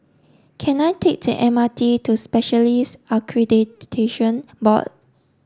can I take the M R T to Specialists Accreditation Board